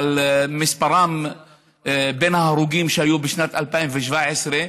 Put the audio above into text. אבל מספרם בין ההרוגים שהיו ב-2017,